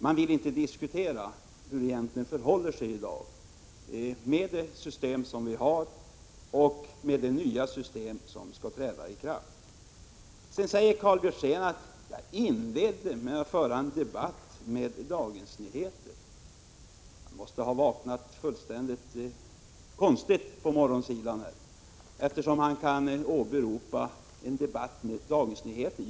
Man vill inte diskutera hur det egentligen fungerar med det system vi har och med det system kammaren nu skall fatta beslut om. Karl Björzén säger att jag inledde mitt anförande med att föra en debatt med Dagens Nyheter. Karl Björzén måste ha vaknat konstigt i dag, eftersom han kan göra gällande att jag debatterat med Dagens Nyheter.